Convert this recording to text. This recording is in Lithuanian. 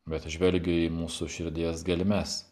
bet žvelgia į mūsų širdies gelmes